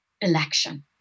election